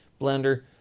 Blender